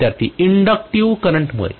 विद्यार्थीः inductive current मुळे